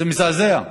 זה מזעזע.